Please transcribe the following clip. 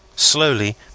Slowly